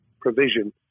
provision